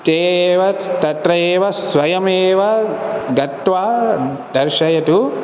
ते एव तत्रैव स्वयमेव गत्वा दर्शयतु